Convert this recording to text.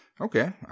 Okay